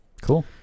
Cool